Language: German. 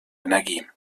energie